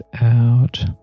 out